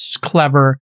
clever